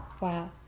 Wow